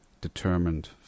determined